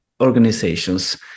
organizations